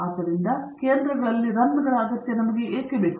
ಆದ್ದರಿಂದ ಕೇಂದ್ರದಲ್ಲಿ ರನ್ ಗಳ ಅಗತ್ಯ ನಮಗೆ ಏಕೆ ಬೇಕು